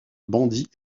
bandit